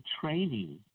training